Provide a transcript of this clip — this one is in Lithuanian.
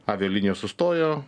avialinijos sustojo